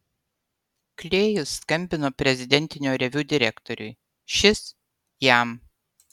klėjus skambino prezidentinio reviu direktoriui šis jam